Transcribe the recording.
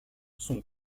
son